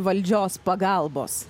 valdžios pagalbos